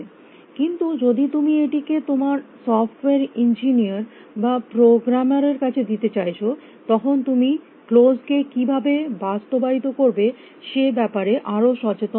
কিন্তু যদি তুমি এটিকে তোমার সফ্টওয়্যার ইঞ্জিনিয়ার বা প্রোগ্রামার এর কাছে দিতে চাইছ তখন তুমি ক্লোস কে কিভাবে বাস্তবায়িত করবে সে ব্যাপারে আরো সচেতন হতে হবে